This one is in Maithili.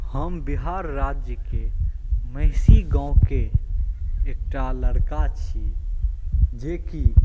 हम बिहार राज्यके महिषी गामके एकटा लड़का छी जेकि